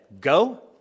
go